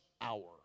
hour